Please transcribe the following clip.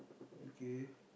okay